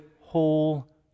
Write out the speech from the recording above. whole